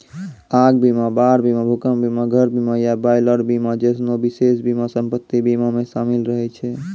आग बीमा, बाढ़ बीमा, भूकंप बीमा, घर बीमा या बॉयलर बीमा जैसनो विशेष बीमा सम्पति बीमा मे शामिल रहै छै